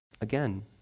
Again